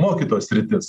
mokytojo sritis